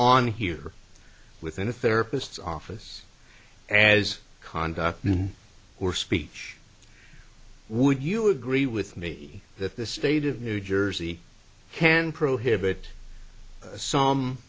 on here within a therapist's office as conduct or speech would you agree with me that the state of new jersey can prohibit some